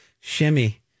shimmy